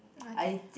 okay